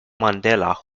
mandela